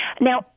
Now